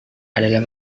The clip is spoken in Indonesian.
adalah